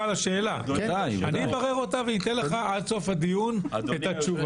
- עד סוף הדיון אתן את התשובה.